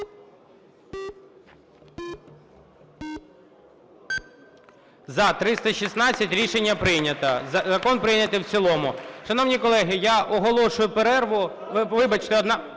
За-316 Рішення прийнято. Закон прийнятий в цілому. Шановні колеги, я оголошую перерву. Вибачте, одна